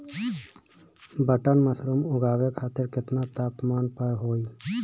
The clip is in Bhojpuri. बटन मशरूम उगावे खातिर केतना तापमान पर होई?